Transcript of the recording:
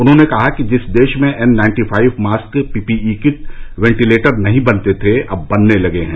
उन्होंने कहा कि जिस देश में N ninety five mask P P E kit ventilator नहीं बनते थे अब बनने लगे हैं